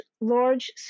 large